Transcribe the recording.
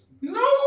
no